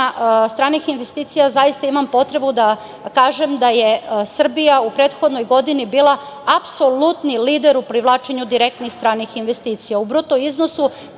stranih investicija, zaista imam potrebu da kažem da je Srbija u prethodnoj godini bila apsolutni lider u privlačenju direktnih stranih investicija. U bruto iznosi